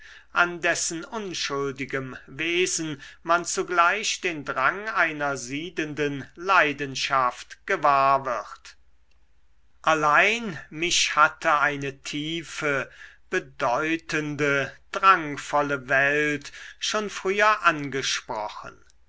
an dessen unschuldigem wesen man zugleich den drang einer siedenden leidenschaft gewahr wird allein mich hatte eine tiefe bedeutende drangvolle welt schon früher angesprochen